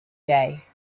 day